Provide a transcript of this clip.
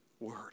word